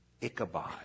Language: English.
Ichabod